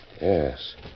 Yes